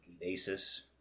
basis